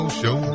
show